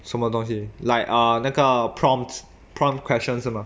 什么东西 like uh 那个 prompts prompt questions 是吗